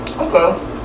Okay